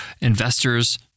investors